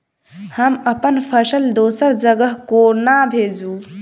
हम अप्पन फसल दोसर जगह कोना भेजू?